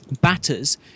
batters